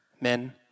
men